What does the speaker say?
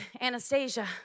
Anastasia